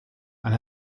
and